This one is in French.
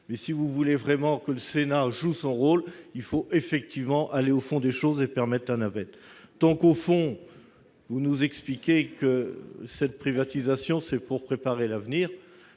mais si vous voulez vraiment que le Sénat joue son rôle, il faut aller au fond des choses et permettre la navette. Concernant le fond, vous nous expliquez que cette privatisation vise à préparer l'avenir